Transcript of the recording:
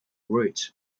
route